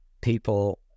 people